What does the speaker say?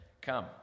come